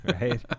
Right